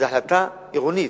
זו החלטה עירונית.